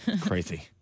Crazy